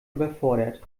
überfordert